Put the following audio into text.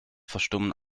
verstummen